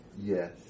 Yes